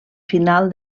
final